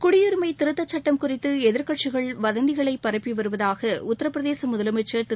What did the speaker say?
குடியுரிமை திருத்தச் சட்டம் குறித்து எதிர்க்கட்சிகள் வதந்திகளை பரப்பி வருவதாக உத்திரப்பிரதேச முதலமைச்சர் திரு